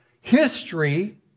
History